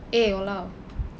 eh !walao!